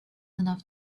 enough